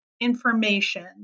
information